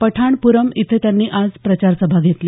पठाणप्रमु इथे त्यांनी आज प्रचारसभा घेतली